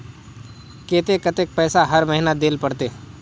केते कतेक पैसा हर महीना देल पड़ते?